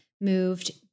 moved